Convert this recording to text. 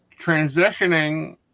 transitioning